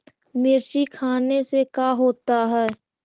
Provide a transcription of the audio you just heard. मिर्ची खाने से का होता है?